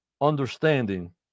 understanding